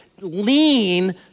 lean